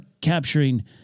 capturing